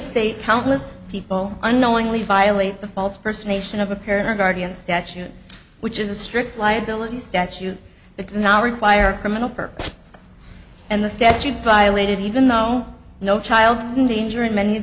state countless people unknowingly violate the false person nation of a parent or guardian statute which is a strict liability statute it's now required criminal and the statutes violated even though no child in danger in many of